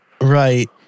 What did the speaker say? Right